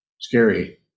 scary